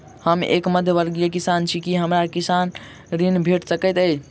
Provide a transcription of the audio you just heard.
हम एक मध्यमवर्गीय किसान छी, की हमरा कृषि ऋण भेट सकय छई?